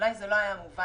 אולי זה לא היה מובן,